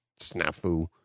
snafu